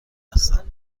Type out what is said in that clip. هستم